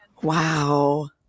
Wow